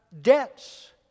debts